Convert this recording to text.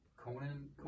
Conan